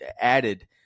added